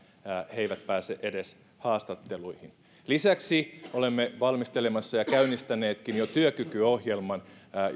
eivät pääse edes haastatteluihin lisäksi olemme valmistelemassa ja käynnistäneetkin jo työkykyohjelman